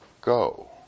go